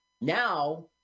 now